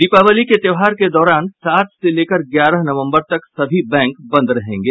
दीपावली के त्योहार के दौरान सात से लेकर ग्यारह नबंबर तक सभी बैंक बंद रहेंगे